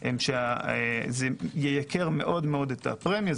הוא שזה ייקר מאוד את הפרמיות.